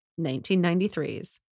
1993's